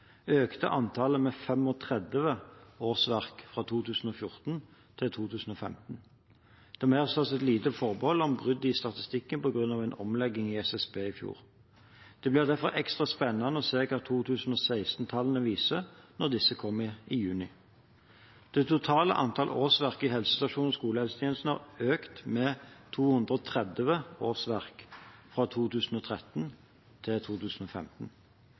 økte antallet med 35 årsverk fra 2014 til 2015. Det må her tas et lite forbehold om brudd i statistikken på grunn av en omlegging i SSB i fjor. Det blir derfor ekstra spennende å se hva 2016-tallene viser når disse kommer i juni. Det totale antallet årsverk i helsestasjons- og skolehelsetjenesten har økt med 230 årsverk fra 2013 til 2015.